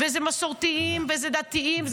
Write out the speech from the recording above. וזה מסורתיים, וזה דתיים.